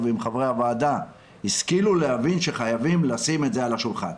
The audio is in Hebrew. וחברי הוועדה השכילו להבין שחייבים לשים את זה על השולחן.